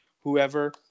whoever